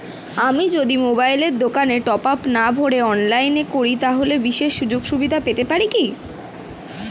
আমি যদি মোবাইলের দোকান থেকে টপআপ না ভরে অনলাইনে করি তাহলে বিশেষ সুযোগসুবিধা পেতে পারি কি?